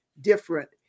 different